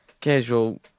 Casual